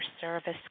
service